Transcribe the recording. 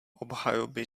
obhajoby